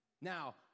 Now